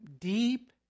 deep